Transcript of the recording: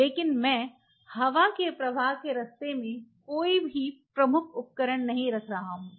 लेकिन मैं हवा के प्रवाह के रास्ते में कोई भी प्रमुख उपकरण नहीं रख रहा हूँ